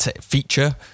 feature